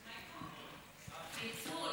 פיצוי.